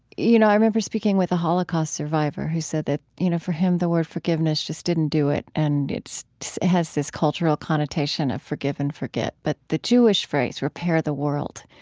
you know, i remember speaking with a holocaust survivor who said that, you know, for him the word forgiveness just didn't do it and it has this cultural connotation of forgive and forget, but the jewish phrase repair the world,